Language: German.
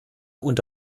und